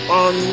on